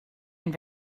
and